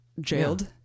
jailed